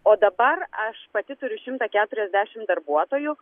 o dabar aš pati turiu šimtą keturiasdešim darbuotojų